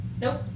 Nope